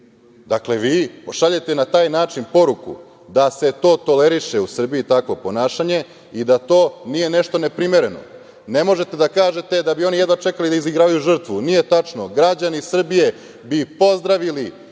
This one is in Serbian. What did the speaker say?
vi šaljete na taj način poruku da se to toleriše u Srbiji takvo ponašanje, da to nije nešto neprimereno. Ne možete da kažete da bi oni jedva čekali da izigravaju žrtvu. Nije tačno, građani Srbije bi pozdravili